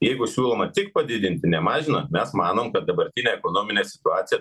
jeigu siūloma tik padidinti nemažinant mes manom kad dabartinė ekonominė situacija